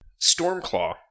Stormclaw